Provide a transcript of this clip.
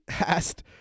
asked